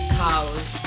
cows